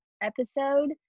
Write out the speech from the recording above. episode